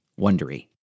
wondery